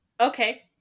okay